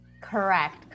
Correct